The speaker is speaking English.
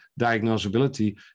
diagnosability